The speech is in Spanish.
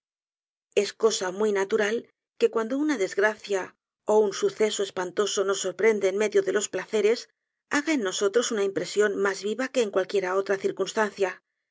es cosa muy natural que cuando una desgracia ó un suceso espantoso nos sorprende en medio délos placeres haga en nosotros una impresión mas viva que en cualquiera otra circunstancia